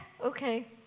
Okay